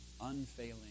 unfailing